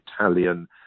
Italian